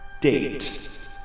date